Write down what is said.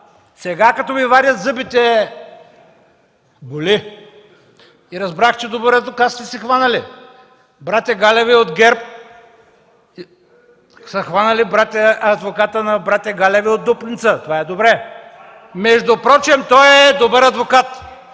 Сега, като Ви вадят зъбите, боли. Разбрах, че добър адвокат сте си хванали. Братя Галеви от ГЕРБ са хванали адвоката на братя Галеви от Дупница – това е добре. (Реплика от народния